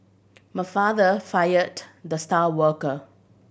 my father fired the star worker